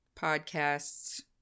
podcast's